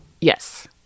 Yes